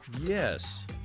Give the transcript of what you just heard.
Yes